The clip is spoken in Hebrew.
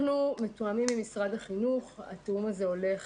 מתואמים עם משרד החינוך, התאום הזה הולך